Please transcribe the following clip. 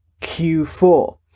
Q4